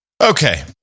Okay